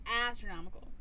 Astronomical